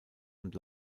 und